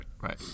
right